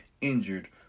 injured